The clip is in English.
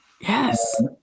Yes